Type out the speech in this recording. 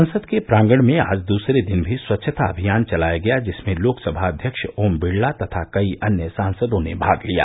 संसद के प्रांगण में आज दूसरे दिन भी स्वच्छता अभियान चलाया गया जिसमें लोक सभा अध्यक्ष ओम बिड़ला तथा कई अन्य सांसदों ने भाग लिया